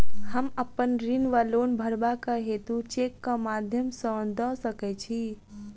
हम अप्पन ऋण वा लोन भरबाक हेतु चेकक माध्यम सँ दऽ सकै छी?